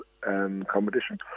competition